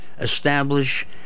establish